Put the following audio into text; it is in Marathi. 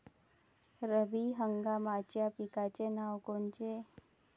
रब्बी हंगामाच्या पिकाचे नावं कोनचे?